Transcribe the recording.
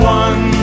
one